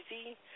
easy